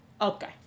okay